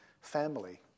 family